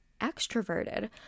extroverted